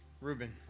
Reuben